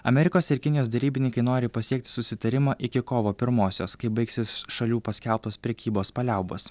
amerikos ir kinijos derybininkai nori pasiekti susitarimą iki kovo pirmosios kai baigsis šalių paskelbtos prekybos paliaubos